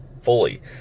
fully